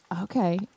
okay